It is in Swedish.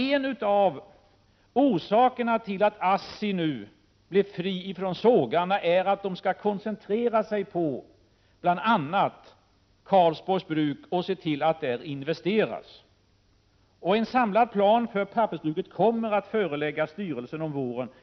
En av orsakerna till att ASSI nu blir fri från sågarna är att man skall koncentrera sig på bl.a. Karlsborgs Bruk och se till att där investeras. Jag känner till att en samlad plan för pappersbruket kommer att föreläggas styrelsen till våren.